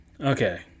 Okay